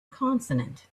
consonant